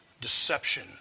deception